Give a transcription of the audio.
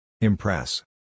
Impress